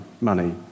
money